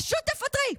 פשוט תפטרי,